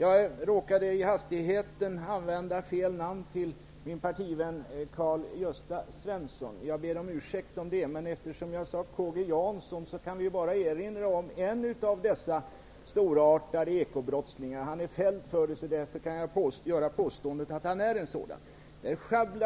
Jag råkade i hastigheten använda fel namn när jag syftade på min partivän Karl-Gösta Svenson, och jag ber om ursäkt för det. Eftersom jag i stället sade K G Jansson kan jag erinra om denne, som är en av de mer storartade ekobrottslingarna. Han är fälld som ekobrottsling, och jag kan därför påstå att han är en sådan.